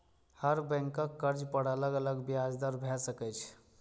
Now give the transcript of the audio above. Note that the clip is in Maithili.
हर बैंकक कर्ज पर अलग अलग ब्याज दर भए सकै छै